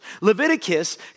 Leviticus